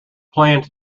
planned